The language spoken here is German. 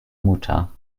mutter